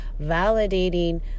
validating